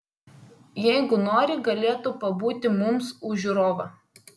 jeigu nori galėtų pabūti mums už žiūrovą